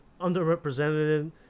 underrepresented